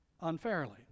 unfairly